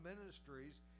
ministries